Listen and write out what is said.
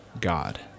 god